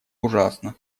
ужасно